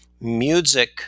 music